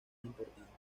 importantes